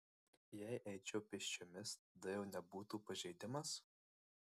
jei eičiau pėsčiomis tada jau nebūtų pažeidimas